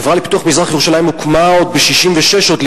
החברה לפיתוח מזרח-ירושלים הוקמה עוד ב-1966,